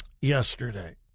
yesterday